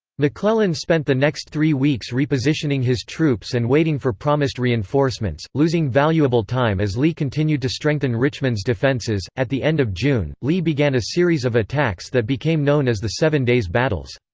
mcclellan spent the next three weeks repositioning his troops and waiting for promised reinforcements, losing valuable time as lee continued to strengthen richmond's defenses at the end of june, lee began a series of attacks that became known as the seven days battles.